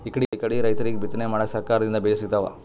ಇಕಡಿಕಡಿ ರೈತರಿಗ್ ಬಿತ್ತನೆ ಮಾಡಕ್ಕ್ ಸರಕಾರ್ ದಿಂದ್ ಬೀಜಾ ಸಿಗ್ತಾವ್